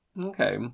Okay